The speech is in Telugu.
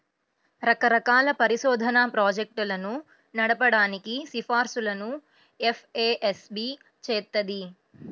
రకరకాల పరిశోధనా ప్రాజెక్టులను నడపడానికి సిఫార్సులను ఎఫ్ఏఎస్బి చేత్తది